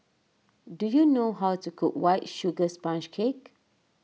do you know how to cook White Sugar Sponge Cake